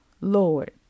Lord